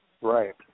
Right